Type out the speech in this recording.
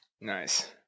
Nice